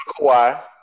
Kawhi